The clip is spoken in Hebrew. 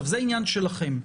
זה עניין שלכם.